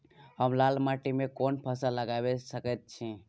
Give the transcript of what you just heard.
हम लाल माटी में कोन फसल लगाबै सकेत छी?